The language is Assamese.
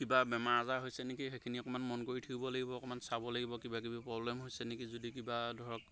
কিবা বেমাৰ আজাৰ হৈছে নেকি সেইখিনি অকণমান মন কৰি থাকিব লাগিব অকণমান চাব লাগিব কিবা কিবি প্ৰব্লেম হৈছে নেকি যদি কিবা ধৰক